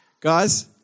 Guys